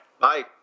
Bye